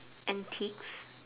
antiques